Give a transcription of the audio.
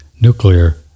nuclear